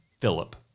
Philip